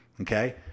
okay